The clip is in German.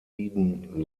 eden